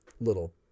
little